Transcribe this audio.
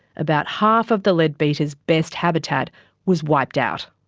about half of the leadbeater's best habitat was wiped out.